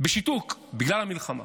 בשיתוק בגלל המלחמה.